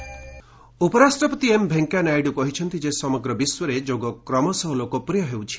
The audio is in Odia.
ଭିପି ଯୋଗ ଉପରାଷ୍ଟ୍ରପତି ଏମ୍ ଭେଙ୍କୟାନାଇଡୁ କହିଛନ୍ତି ଯେ ସମଗ୍ର ବିଶ୍ୱରେ ଯୋଗ କ୍ରମଶଃ ଲୋକପ୍ରିୟ ହେଉଛି